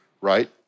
Right